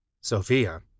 Sophia